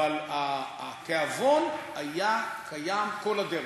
אבל התיאבון היה קיים כל הדרך,